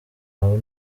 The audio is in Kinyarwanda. wawe